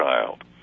child